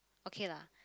okay lah